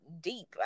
deep